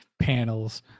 panels